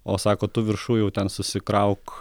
o sako tu viršuj jau ten susikrauk